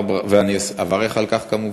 ואני אברך על כך, כמובן.